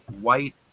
white